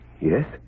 Yes